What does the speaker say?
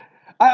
uh